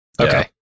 Okay